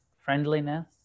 friendliness